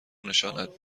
نشانت